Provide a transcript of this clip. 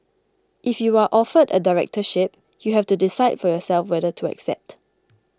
if you are offered a directorship you have to decide for yourself whether to accept